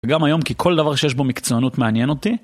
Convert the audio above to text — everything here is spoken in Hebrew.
וגם היום כי כל דבר שיש בו מקצוענות מעניין אותי.